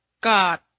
god